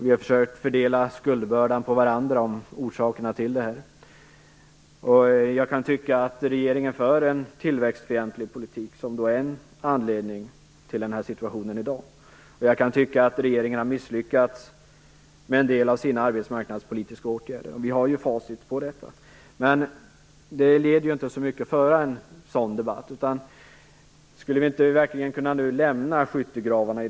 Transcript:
Vi har försökt fördela skuldbördan mellan varandra när det gäller orsakerna till de här problemen. Jag kan tycka att regeringen för en tillväxtfientlig politik, vilket är en anledning till dagens situation. Jag kan tycka att regeringen har misslyckats med en del av sina arbetsmarknadspolitiska åtgärder. Vi har ju facit i hand. Men det leder inte så långt att föra en sådan debatt. Skulle vi nu i stället inte kunna lämna skyttegravarna?